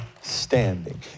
standing